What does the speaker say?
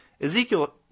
Ezekiel